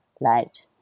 light